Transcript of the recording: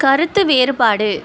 கருத்து வேறுபாடு